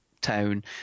town